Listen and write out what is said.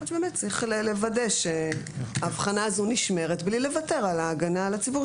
צריך לוודא שההבחנה הזו נשמרת בלי לוותר על ההגנה על הציבור,